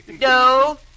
No